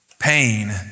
pain